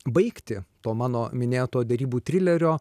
baigtį to mano minėto derybų trilerio